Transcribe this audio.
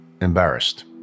embarrassed